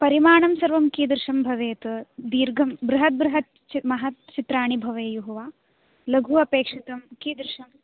परिमाणं सर्वं कीदृशं भवेत् दीर्घं बृहत् बृहत् महत् चित्राणि भवेयुः वा लघु अपेक्षितं कीदृशं